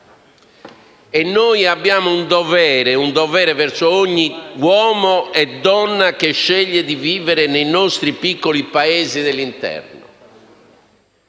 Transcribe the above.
Noi abbiamo un dovere verso ogni uomo e ogni donna che sceglie di vivere nei nostri piccoli paesi dell'interno: